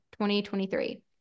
2023